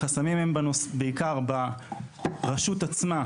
החסמים הם בעיקר ברשות עצמה,